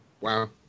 Wow